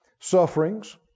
sufferings